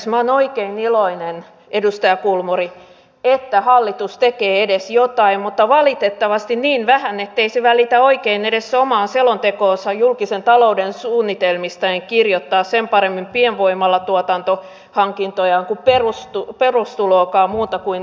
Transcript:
minä olen oikein iloinen edustaja kulmuni että hallitus tekee edes jotain mutta valitettavasti niin vähän ettei se välitä oikein edes omaan selontekoonsa julkisen talouden suunnitelmista kirjoittaa sen paremmin pienvoimalatuotantohankintojaan kuin perustuloakaan muuta kuin aivan marginaaliin